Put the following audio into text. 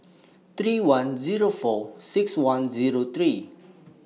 three one Zero four six one Zero three